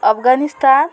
Afghanistan